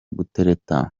gutereta